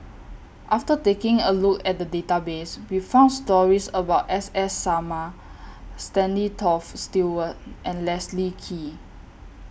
after taking A Look At The Database We found stories about S S Sarma Stanley Toft Stewart and Leslie Kee